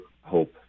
hope